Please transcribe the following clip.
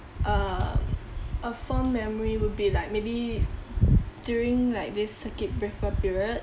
um a fond memory would be like maybe during like this circuit breaker period